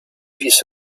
this